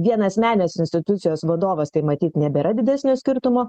vienasmenės institucijos vadovas tai matyt nebėra didesnio skirtumo